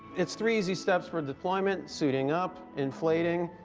its three easy steps for deployment suiting up, inflating,